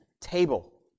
table